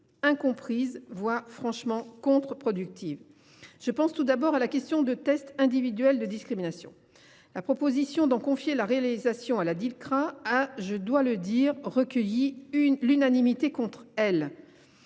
incomprises, voire franchement contre productives. Je pense tout d’abord aux tests individuels de discrimination. La proposition d’en confier la réalisation à la Dilcrah a, je dois le dire, fait l’unanimité contre elle.